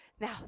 Now